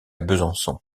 besançon